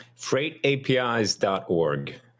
FreightAPIs.org